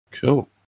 Cool